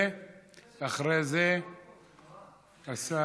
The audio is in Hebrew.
ואחרי זה השר.